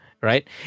right